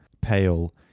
pale